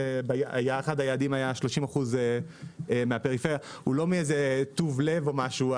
היעדים היה 30% הוא לא מאיזה טוב לב או משהו.